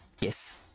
yes